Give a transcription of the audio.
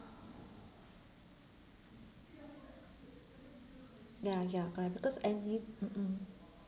ya ya correct because any mm mm